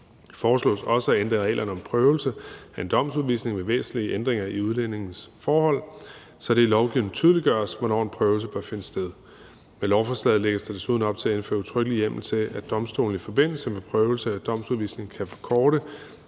Det foreslås også at ændre reglerne om prøvelse af en domsudvisning ved væsentlige ændringer i udlændingens forhold, så det i lovgivningen tydeliggøres, hvornår en prøvelse bør finde sted. Med lovforslaget lægges der desuden op til at indføre en udtrykkelig hjemmel til, at domstolene i forbindelse med en prøvelse af domsudvisningen kan forkorte